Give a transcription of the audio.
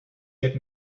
get